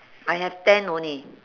I have ten only